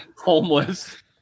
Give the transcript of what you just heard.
homeless